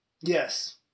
Yes